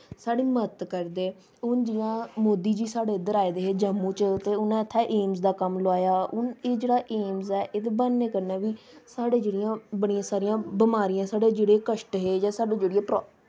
साढ़ी मदद करदे हून जियां मोदी जी साढ़े इद्धर आए दे हे जम्मू च ते उ'नें इत्थें एम्स दा कम्म लोआया हून एह् जेह्ड़ा एम्स ऐ एह्दे बनने कन्नै बी साढ़े जेह्ड़ियां बड़ियां सारियां बमारियां साढ़े जेह्ड़े कश्ट हे जां साढ़ियां जेह्ड़ियां प्रा